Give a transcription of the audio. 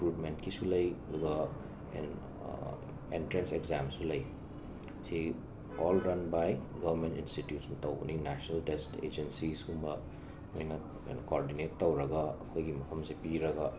ꯔꯤꯀ꯭ꯔꯨꯠꯃꯦꯟꯠꯀꯤꯁꯨ ꯂꯩ ꯑꯗꯨꯒ ꯑꯦꯟ ꯑꯦꯟꯇ꯭ꯔꯦꯟꯁ ꯑꯦꯛꯖꯥꯝꯁꯨ ꯂꯩ ꯁꯤ ꯑꯣꯜ ꯔꯟ ꯕꯥꯏ ꯒꯕꯃꯦꯟꯠ ꯏꯟꯁꯇꯤꯇ꯭ꯌꯨꯠꯁꯅ ꯇꯧꯕꯅꯤ ꯅꯦꯁꯅꯦꯜ ꯇꯦꯁꯠ ꯑꯦꯖꯦꯟꯁꯤꯁꯀꯨꯝꯕ ꯑꯩꯈꯣꯏꯅ ꯀꯣꯔꯗꯤꯅꯦꯠ ꯇꯧꯔꯒ ꯑꯩꯈꯣꯏꯒꯤ ꯃꯐꯝꯁꯦ ꯄꯤꯔꯒ